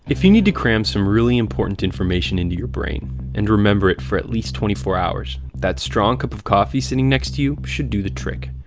if you need to cram some really important information into your brain and remember it for at least twenty four hours, that strong cup of coffee sitting next to you should do the trick.